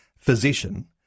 physician